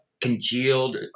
congealed